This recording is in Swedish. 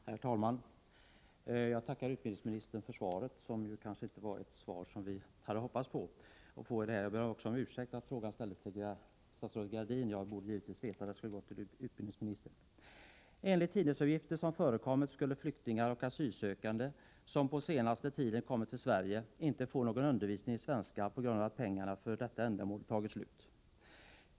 Herr talman! Jag tackar utbildningsministern för svaret, som kanske inte var det svar som vi hade hoppats på. Jag ber också om ursäkt för att frågan ställdes till statsrådet Gradin. Jag borde givetvis ha vetat att frågan skulle ha riktats till utbildningsministern. Enligt tidningsuppgifter som förekommit skulle flyktingar och asylsökande, som på senaste tiden kommit till Sverige, inte få någon undervisning i svenska på grund av att pengarna för detta ändamål tagit slut.